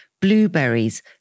blueberries